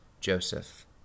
Joseph